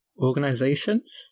Organizations